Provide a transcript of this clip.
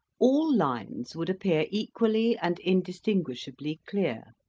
all lines would appear equally and in distinguishably clear